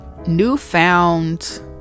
newfound